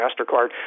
MasterCard